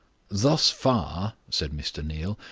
thus far, said mr. neal,